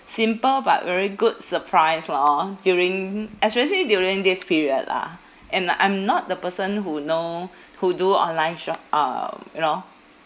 simple but very good surprise lor during especially during this period lah and I'm not the person who know who do online shop um you know